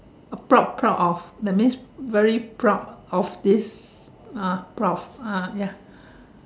uh proud proud of that means very proud of this uh proud ah ya